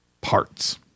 parts